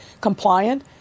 compliant